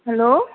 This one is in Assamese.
হেল্ল'